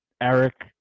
Eric